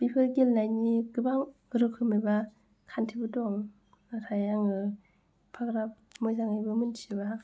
बेफोर गेलेनायनि गोबां रोखोम एबा खान्थिबो दं नाथाय आङो एफाग्राब मोजाङैबो मोन्थिजोबा